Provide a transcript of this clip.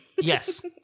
yes